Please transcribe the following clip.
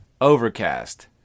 overcast